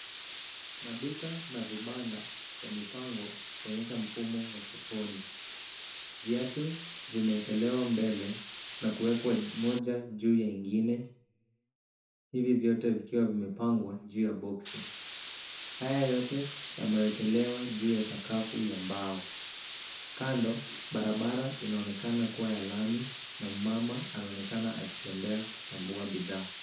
Maduka na vibanda yamepangwa kuonyesha mfumo wa sokoni. Viatu vimewekelewa mbele na kuwekwa moja juu ya ingine hivi vyote vikiwa vimepangwa juu ya boksi. Haya yote yamewekelewa juu ya sakafu ya mbao. Kando barabara inaonekana kuwa ya lami na mmama anaonekana akitembea kuchambua bidhaa.